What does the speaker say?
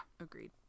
agreed